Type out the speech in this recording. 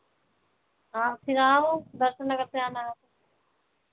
हाँ फिर आओ दर्शन नगर से आना है